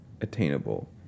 attainable